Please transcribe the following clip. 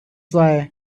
why